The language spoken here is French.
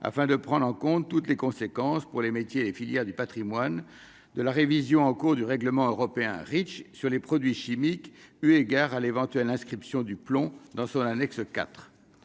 afin de prendre en compte toutes les conséquences pour les métiers et filières du Patrimoine de la révision en cours du règlement européen Reach sur les produits chimiques, eu égard à l'éventuelle inscription du plomb dans son annexe